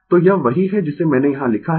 तो यह वही है जिसे मैंने यहाँ लिखा है